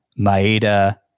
Maeda